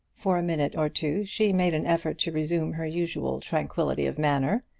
for a minute or two she made an effort to resume her usual tranquillity of manner,